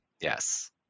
yes